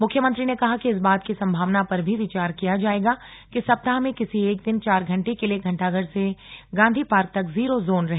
मुख्यमंत्री ने कहा कि इस बात की सम्भावना पर भी विचार किया जाएगा कि सप्ताह में किसी एक दिन चार घंटे के लिए घंटाघर से गांधी पार्क तक जीरो जोन रहे